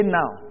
now